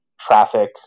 traffic